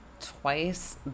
twice